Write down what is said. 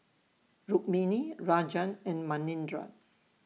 Rukmini Rajan and Manindra